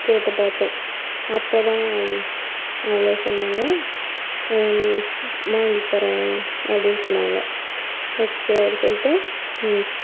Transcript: கேட்டு பார்த்தோம் அப்போதுதான் வெலை சொன்னாங்க வாங்கி தரேன் அப்படின்னு சொன்னாங்க ஓகே அப்படின்னு சொல்லிட்டு